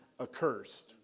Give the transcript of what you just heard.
accursed